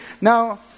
now